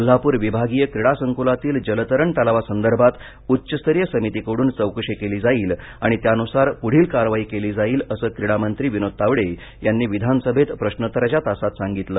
कोल्हापूर विभागीय क्रीडा संक्लातील जलतरण तलावासंदर्भात उच्चस्तरीय समितीकडून चौकशी केली जाईल आणि त्यानुसार पुढील कारवाई केली जाईल असं क्रीडामंत्री विनोद तावडे यांनी विधानसभेत प्रश्नोत्तराच्या तासात सांगितलं